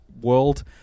world